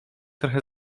trochę